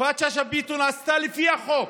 יפעת שאשא ביטון עשתה מעשה לפי החוק.